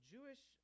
Jewish